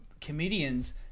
comedians